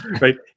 right